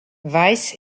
weiss